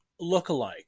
lookalike